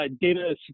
data